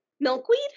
Milkweed